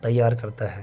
تیار کرتا ہے